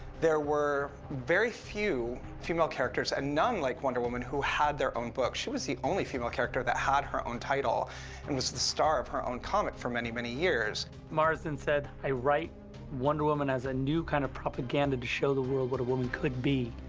there were very few female characters and none like wonder woman, who had their own book. she was the only female character that had her own title and was the star of her own comic for many, many years. marston said, l write wonder woman as a new kind of propaganda to show the world what a woman could be.